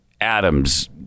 Adams